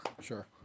Sure